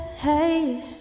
Hey